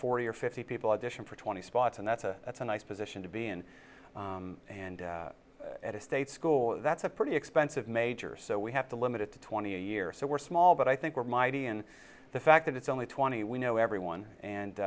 forty or fifty people audition for twenty spots and that's a that's a nice position to be in and at a state school that's a pretty expensive major so we have to limit it to twenty a year so we're small but i think we're mighty and the fact that it's only twenty we know everyone and